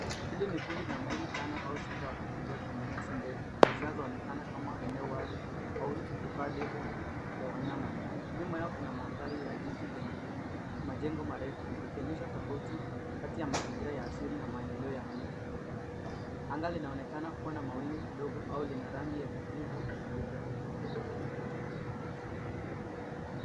Hili ni kundi la mbuni tano au sita wakitembea kwenye nyasi ndefu, zinazoonekana kama eneo wazi, au hifadhi ya wanyama. Nyuma yao kuna mandhari ya jiji, lenye majengo marefu, likionyesha tofauti kati ya mazingira ya asili, na maendeleo ya miji. Anga linaonekana kuwa na mawingu kidogo, au lina rangi ya kijivu nyeupe.